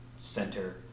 center